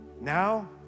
Now